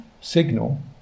signal